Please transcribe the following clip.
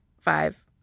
five